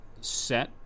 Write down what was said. set